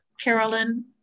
Carolyn